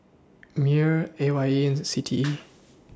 Mewr A Y E and C T E